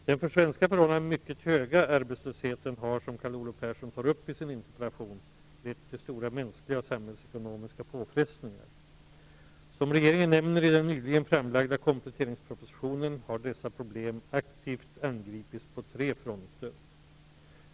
Herr talman! Carl Olov Persson har frågat mig om vilka ytterligare åtgärder jag är beredd att vidta för att skapa meningsfull sysselsättning till alla som är arbetslösa. Den för svenska förhållanden mycket höga arbetslösheten har, som Carl Olov Persson tar upp i sin interpellation, lett till stora mänskliga och samhällsekonomiska påfrestningar. Som regeringen nämner i den nyligen framlagda kompletteringspropositionen har dessa problem aktivt angripits på tre fronter.